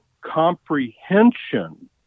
comprehension